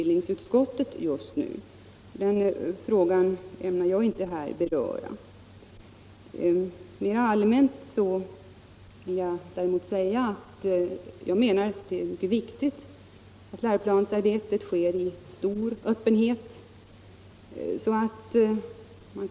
Den frågan ämnar jag inte här beröra. Mera allmänt vill jag däremot säga att jag menar att det är mycket viktigt att läroplansarbetet pågår i stor öppenhet.